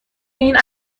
این